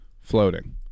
floating